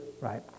right